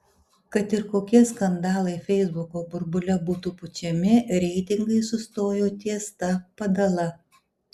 kad ir kokie skandalai feisbuko burbule būtų pučiami reitingai sustojo ties ta padala